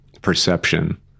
perception